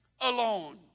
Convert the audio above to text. alone